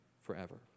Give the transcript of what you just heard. forever